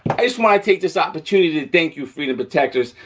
i just want to take this opportunity to thank you, freedom protectors.